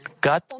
God